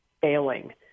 failing